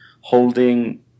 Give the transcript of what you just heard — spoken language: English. holding